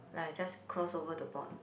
like I just cross over the board